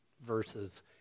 Verses